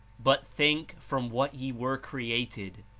but think from what ye were created,